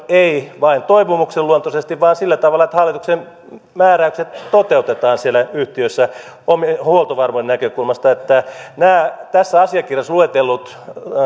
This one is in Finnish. ei vain toivomuksen luontoisesti vaan sillä tavalla että hallituksen määräykset toteutetaan siellä yhtiössä huoltovarmuuden näkökulmasta nämä tässä asiakirjassa luetellut